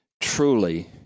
truly